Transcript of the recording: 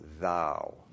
thou